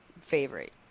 favorite